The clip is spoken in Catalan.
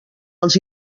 als